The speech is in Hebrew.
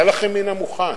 היה לכם מן המוכן.